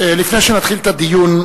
לפני שנתחיל את הדיון,